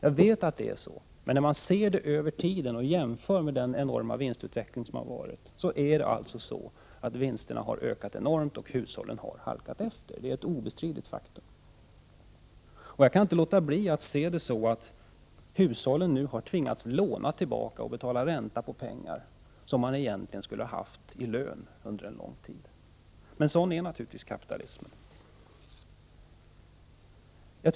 Jag vet alltså att det är på det sättet, men när man ser till en längre period och studerar vinstutvecklingen, kan man konstatera att vinsten har ökat enormt medan hushållen har halkat efter. Detta är ett obestridligt faktum! Men jag kan inte låta bli att konstatera att hushållen har tvingats låna tillbaka och betala ränta på pengar, som människorna egentligen skulle haft i lön under, lång tid. Sådan är naturligtvis kapitalismen!